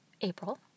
April